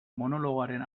monologoaren